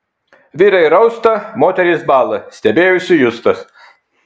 vyrai rausta moterys bąla stebėjosi justas